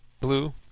Blue